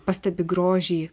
pastebi grožį